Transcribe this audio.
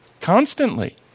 Constantly